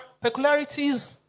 peculiarities